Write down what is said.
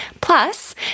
Plus